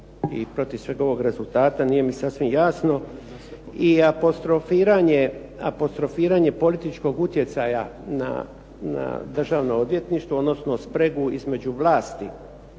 i protiv svega ovoga rezultata, nije mi sasvim jasno i apostrofiranje političkog utjecaja na Državno odvjetništvo, odnosno spregu između vlasti,